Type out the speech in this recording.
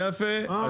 יפה,